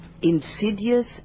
insidious